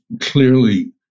clearly